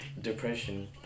depression